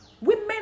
Women